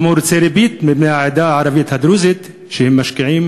כמה ריבית הוא רוצה מבני העדה הערבית הדרוזית שהם משקיעים